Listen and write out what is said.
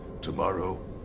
Tomorrow